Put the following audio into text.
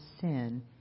sin